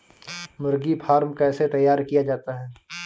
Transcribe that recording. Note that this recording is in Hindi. मुर्गी फार्म कैसे तैयार किया जाता है?